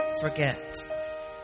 Forget